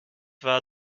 war